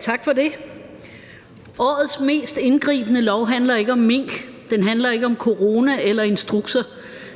Tak for det. Årets mest indgribende lov handler ikke om mink, den handler ikke om corona eller instrukser.